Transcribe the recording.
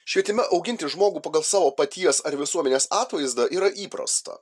švietime auginti žmogų pagal savo paties ar visuomenės atvaizdą yra įprasta